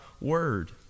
word